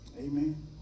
amen